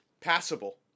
Passable